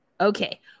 Okay